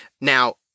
Now